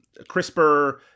CRISPR